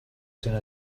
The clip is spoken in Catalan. cent